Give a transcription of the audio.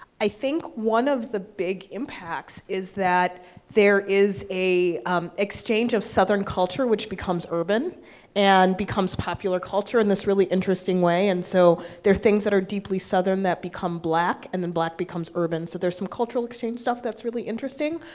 i think one of the big impacts is that there is a exchange of southern culture which becomes urban and becomes popular culture in this really interesting way. and so there are things that are deeply southern that become black and then black becomes urban. so there's some cultural exchange stuff that's really interesting.